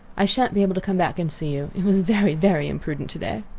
i shan't be able to come back and see you it was very, very imprudent to-day.